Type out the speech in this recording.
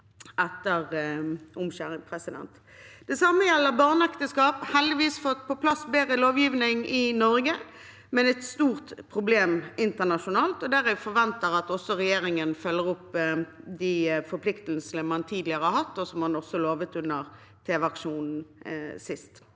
etter omskjæring. Den samme bekymringen gjelder barneekteskap. Vi har heldigvis fått på plass bedre lovgivning i Norge, men det er et stort problem internasjonalt, og jeg forventer at regjeringen følger opp de forpliktelsene man tidligere har hatt, og som man også lovet under tv-aksjonen sist.